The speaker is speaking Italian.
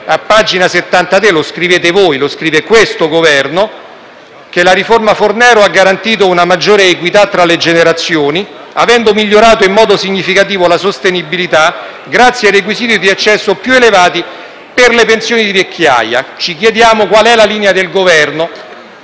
a pagina 73 quello che scrivete voi, che scrive questo Governo) che la riforma Fornero ha garantito una maggiore equità tra le generazioni, avendo migliorato in modo significativo la sostenibilità grazie a requisiti di accesso più elevati per le pensioni di vecchiaia. Ci chiediamo qual è la linea del Governo: